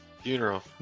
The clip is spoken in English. Funeral